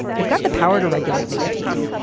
they've got the power to regulate nicotine.